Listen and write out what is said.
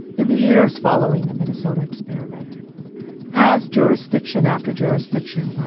in the years following the minnesota experiment as jurisdiction after jurisdiction,